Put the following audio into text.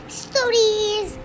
stories